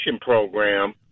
program